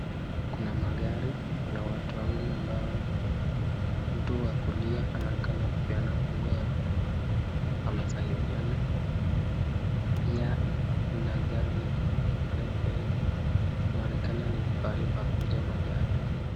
Kuna magari, kuna watu wawili ambao mtu wa kulia anaonekana akipeana funguo ya gari, amesalimiana. Pia kuna gari lingine pale mbele, inaonekana ni pahali pa kuuza magari.